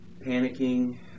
panicking